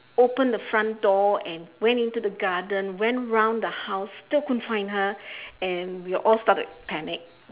opened the front door and went into the garden went round the house still couldn't find her and we all started to panic